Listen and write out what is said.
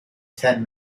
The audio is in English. ten